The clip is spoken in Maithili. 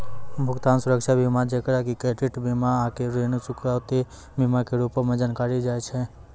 भुगतान सुरक्षा बीमा जेकरा कि क्रेडिट बीमा आकि ऋण चुकौती बीमा के रूपो से जानलो जाय छै